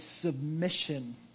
submission